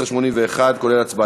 (מ/1081), כולל הצבעה.